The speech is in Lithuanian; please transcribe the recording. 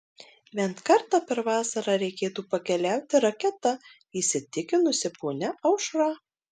bent kartą per vasarą reikėtų pakeliauti raketa įsitikinusi ponia aušra